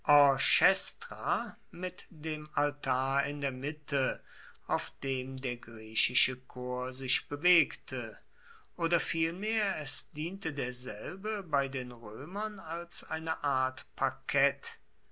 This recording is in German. mit dem altar in der mitte auf dem der griechische chor sich bewegte oder vielmehr es diente derselbe bei den roemern als eine art parkett